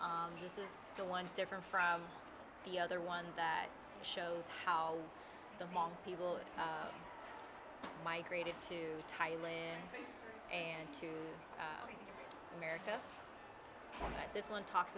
is the one different from the other one that shows how long people migrated to thailand and to america that this one talks